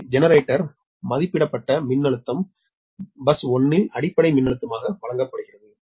எனவே ஜெனரேட்டர் மதிப்பிடப்பட்ட மின்னழுத்தம் பஸ் 1 இல் அடிப்படை மின்னழுத்தமாக வழங்கப்படுகிறது